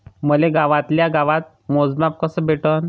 मले गावातल्या गावात मोजमाप कस भेटन?